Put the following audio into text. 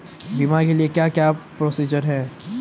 बीमा के लिए क्या क्या प्रोसीजर है?